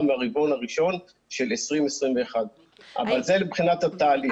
מהרבעון הראשון של 2021. זה מבחינת התהליך.